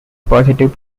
positive